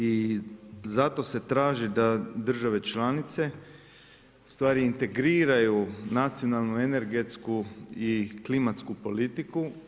I zato se traži da države članice, ustvari integriraju nacionalnu energetsku i klimatsku politiku.